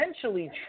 Essentially